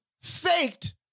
faked